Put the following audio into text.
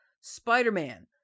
Spider-Man